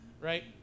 Right